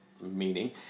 meaning